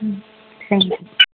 thank U